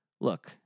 Look